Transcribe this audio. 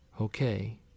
Okay